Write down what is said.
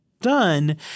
done